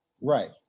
Right